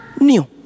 new